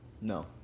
No